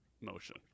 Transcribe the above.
motion